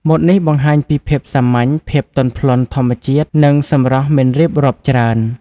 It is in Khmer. ម៉ូតនេះបង្ហាញពីភាពសាមញ្ញ ភាពទន់ភ្លន់ធម្មជាតិ និងសម្រស់មិនរៀបរាប់ច្រើន។